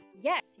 Yes